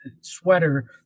sweater